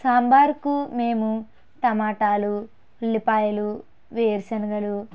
సాంబారుకు మేము టమోటాలు ఉల్లిపాయలు వేరుశనగలు